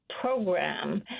program